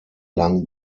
lang